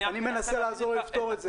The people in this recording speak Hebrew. אני מנסה לעזור לה לפתור את זה.